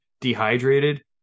dehydrated